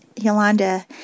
Yolanda